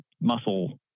muscle